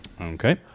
Okay